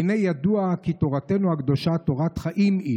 הינה ידוע כי תורתנו הקדושה תורת חיים היא